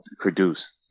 produce